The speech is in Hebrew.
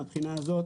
מהבחינה הזאת